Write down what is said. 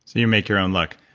you make your own luck.